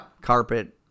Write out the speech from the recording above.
carpet